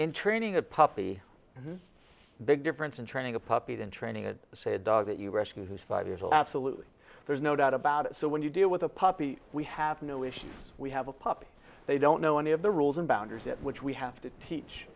and training a puppy big difference in training a puppy in training say a dog that you rescues five years absolutely there's no doubt about it so when you deal with a puppy we have no issues we have a puppy they don't know any of the rules and boundaries at which we have to teach